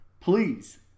please